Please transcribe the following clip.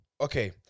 Okay